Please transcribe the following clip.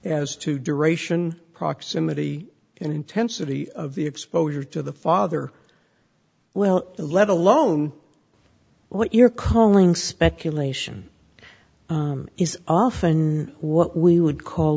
as to duration proximity and intensity of the exposure to the father well let alone what you're calling speculation is often what we would call